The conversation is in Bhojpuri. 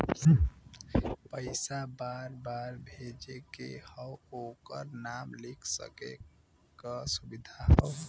पइसा बार बार भेजे के हौ ओकर नाम लिख सके क सुविधा हौ